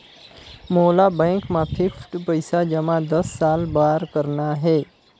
मोला बैंक मा फिक्स्ड पइसा जमा दस साल बार करना हे?